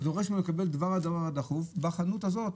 אתה דורש מאדם לקבל את דבר הדואר הדחוף בחנות הזאת,